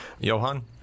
Johan